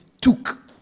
took